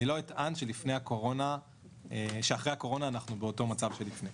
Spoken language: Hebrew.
לא אטען שאחרי הקורונה אנחנו באותו מצב של לפני.